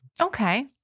Okay